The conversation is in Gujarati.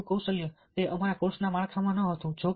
ઇન્ટરવ્યુ કૌશલ્ય તે અમારા કોર્સ ના માળખામાં ન હતું